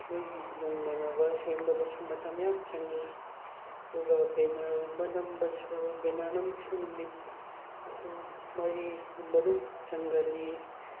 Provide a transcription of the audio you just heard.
ꯃꯣꯏꯒꯤ ꯌꯨꯡꯅꯅꯕ ꯁꯦꯝꯕꯗꯁꯨ ꯃꯇꯝ ꯃꯌꯥꯝ ꯆꯪꯉꯤ ꯑꯗꯨꯒ ꯕꯦꯅꯔꯒꯨꯝꯕ ꯅꯝꯕꯗꯁꯨ ꯕꯦꯅꯔ ꯅꯝꯕꯁꯨ ꯅꯨꯃꯤꯠ ꯑꯍꯨꯝ ꯃꯔꯤꯒꯨꯝꯕ ꯑꯗꯨꯝ ꯆꯪꯒꯜꯂꯤ